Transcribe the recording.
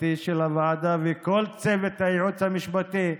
המשפטי של הוועדה, וכל צוות הייעוץ המשפטי,